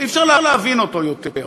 אי-אפשר להבין אותו יותר.